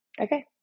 okay